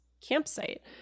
campsite